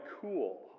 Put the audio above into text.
cool